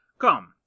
Come